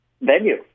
venue